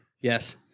Yes